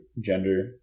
gender